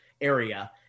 area